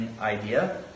idea